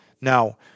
Now